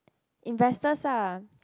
investors lah